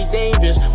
dangerous